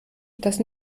das